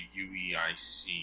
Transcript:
UEIC